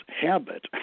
habit